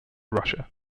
russia